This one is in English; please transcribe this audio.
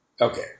Okay